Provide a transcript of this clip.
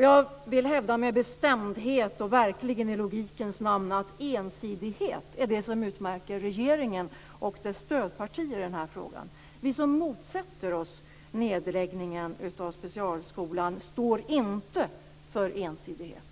Jag vill hävda med bestämdhet och verkligen i logikens namn att ensidighet är det som utmärker regeringen och dess stödpartier i denna fråga. Vi som motsätter oss nedläggningen av specialskolan står inte för ensidighet.